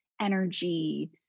energy